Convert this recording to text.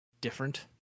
different